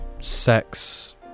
sex